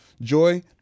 Joy